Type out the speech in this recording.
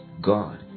God